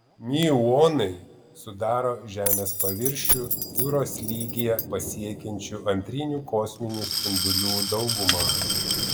miuonai sudaro žemės paviršių jūros lygyje pasiekiančių antrinių kosminių spindulių daugumą